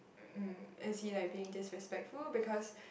um is he like being disrespectful because